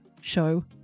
show